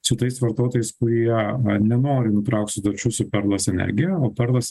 su tais vartotojais kurie nenori nutraukt sutarčių su perlas energija o perlas